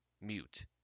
mute